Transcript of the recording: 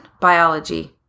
biology